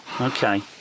Okay